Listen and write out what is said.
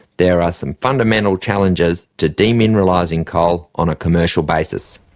there are some fundamental challenges to demineralising coal on a commercial basis.